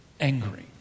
angry